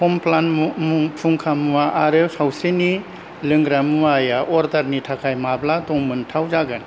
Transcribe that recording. Complan फुंखा मुवा आरो सावस्रिनि लोंग्रा मुवाया अर्डारनि थाखाय माब्ला दंमोनथाव जागोन